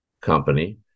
Company